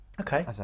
Okay